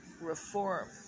reform